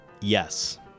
Yes